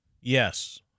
yes